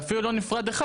ואפילו לא נפרד אחד.